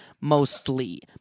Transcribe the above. mostly